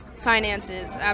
Finances